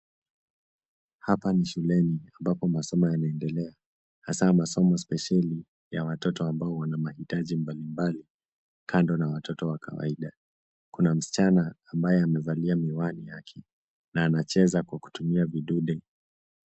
Hapa ni shuleni ambapo masomo yanaendelea hasa masomo spesheli ya watoto ambao wana mahitaji mbalimbali kando na watoto wa kawaida. Kuna msichana ambaye amevalia miwani anacheza kwa kutumia vidude.